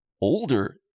Older